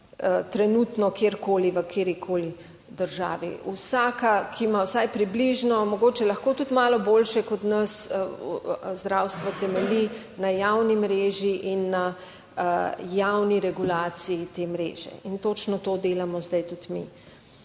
trenutno, kjerkoli, v katerikoli državi. Vsaka, ki ima vsaj približno, mogoče lahko tudi malo boljše kot od nas zdravstvo temelji na javni mreži in na javni regulaciji te mreže in točno to delamo zdaj tudi mi.